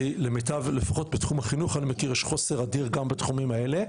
כי אני מכיר לפחות בתחום החינוך יש חוסר אדיר גם בתחומים האלה,